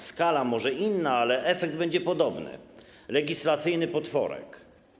Skala może inna, ale efekt będzie podobny: legislacyjny potworek.